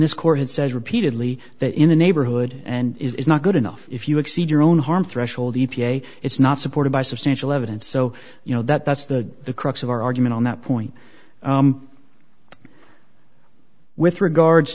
this court has said repeatedly that in the neighborhood and is not good enough if you exceed your own harm threshold the e p a it's not supported by substantial evidence so you know that that's the crux of our argument on that point with regards